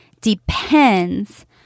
depends